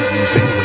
using